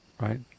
right